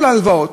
כל ההלוואות,